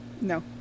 No